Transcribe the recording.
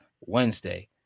Wednesday